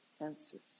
answers